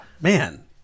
man